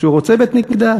שהוא רוצה בית-מקדש.